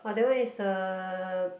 orh that one is a